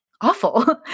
awful